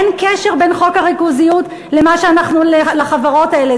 אין קשר בין חוק הריכוזיות לחברות האלה,